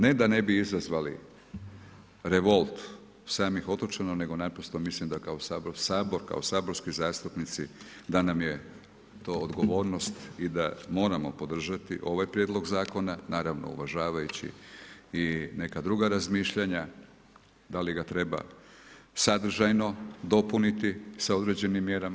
Ne da ne bi izazvali revolt samih otočana, nego naprosto mislim da kao Sabor, Sabor, kao saborski zastupnici, da nam je to odgovornost i da moramo podržati ovaj prijedlog zakona, naravno uvažavajući i neka druga razmišljanja, da li ga treba sadržajno dopuniti sa određenim mjerama.